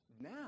now